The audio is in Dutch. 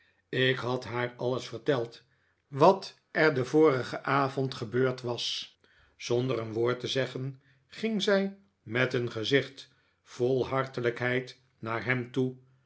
ik had haar alles verteld wat er den vorigen avond gebeurd was zonder een woord te zeggen ging zij met een gezicht vol hartelijkheid naar hem toe